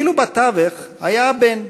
ואילו בתווך היה הבן,